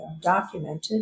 documented